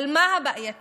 אבל מה הבעייתי?